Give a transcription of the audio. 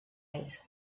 ells